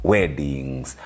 Weddings